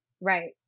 Right